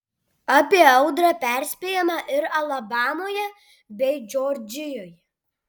apie audrą perspėjama ir alabamoje bei džordžijoje